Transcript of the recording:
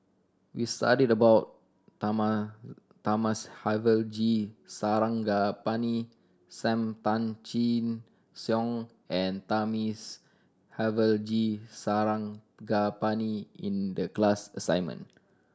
we studied about Thamizhavel G Sarangapani Sam Tan Chin Siong and Thamizhavel G Sarangapani in the class assignment